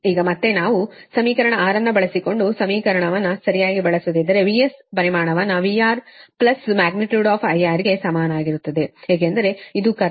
ಈಗ ಮತ್ತೆ ನಾವು ಸಮೀಕರಣ 6 ಅನ್ನು ಬಳಸಿಕೊಂಡು ಸಮೀಕರಣ 6 ಅನ್ನು ಸರಿಯಾಗಿ ಬಳಸುತ್ತಿದ್ದರೆ VS ಪರಿಮಾಣವನ್ನು VR ಪ್ಲಸ್ ಮ್ಯಾಗ್ನಿಟ್ಯೂಡ್ IR ಗೆ ಸಮಾನವಾಗಿರುತ್ತದೆ ಏಕೆಂದರೆ ಇದು ಕರೆಂಟ್